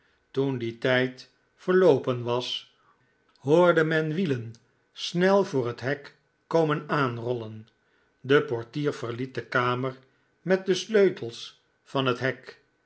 toen die tijd verloopen was hoorde men wielen snel voor het hek komen aanrollen de portier verliet de kamer met de sleutels van het hek